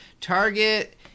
Target